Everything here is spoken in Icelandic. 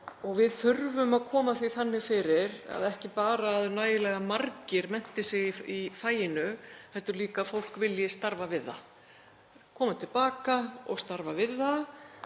Við þurfum að koma því þannig fyrir að ekki bara nægilega margir mennti sig í faginu heldur líka að fólk vilji starfa við það, koma til baka og starfa við það.